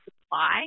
supply